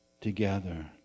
together